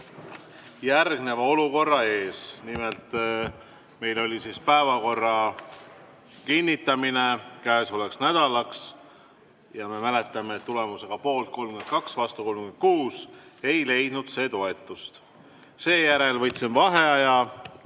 järgmise olukorra ees. Nimelt, meil oli siis päevakorra kinnitamine käesolevaks nädalaks. Ja me mäletame, et tulemusega poolt 32, vastu 36 ei leidnud see toetust. Seejärel võtsin vaheaja